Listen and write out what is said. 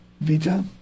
Vita